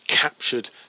captured